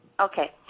Okay